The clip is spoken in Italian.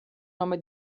nome